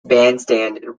bandstand